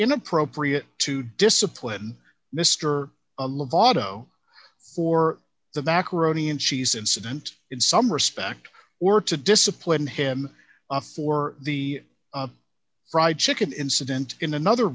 inappropriate to discipline mr a lot o for the macaroni and cheese incident in some respect or to discipline him for the fried chicken incident in another